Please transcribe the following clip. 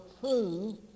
true